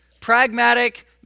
pragmatic